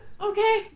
Okay